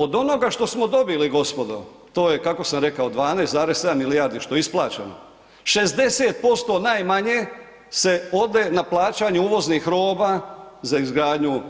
Od onoga što smo dobili, gospodo, to je, kako sam rekao, 12,7 milijardi, što je isplaćeno, 60% najmanje se ode na plaćanje uvoznih roba, za izgradnju